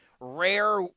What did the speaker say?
rare